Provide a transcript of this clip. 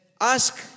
Ask